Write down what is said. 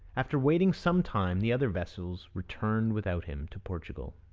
after waiting some time the other vessels returned without him to portugal.